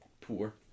Poor